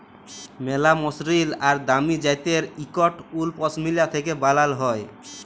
ম্যালা মসরিল আর দামি জ্যাত্যের ইকট উল পশমিলা থ্যাকে বালাল হ্যয়